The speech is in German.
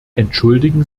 entschuldigen